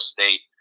State